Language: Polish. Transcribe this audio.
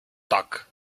tak